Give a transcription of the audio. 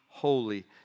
Holy